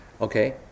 Okay